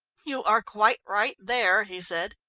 you are quite right there, he said.